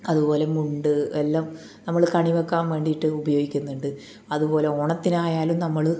അതുപോലെ മുണ്ട് എല്ലാം നമ്മൾ കണി വെക്കാൻ വേണ്ടിട്ട് ഉപയോഗിക്കുന്നുണ്ട് അതുപോലെ ഓണത്തിനായാലും നമ്മൾ